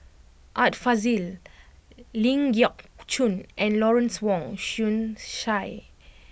Art Fazil Ling Geok Choon and Lawrence Wong Shyun Tsai